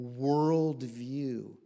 worldview